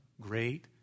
great